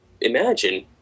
imagine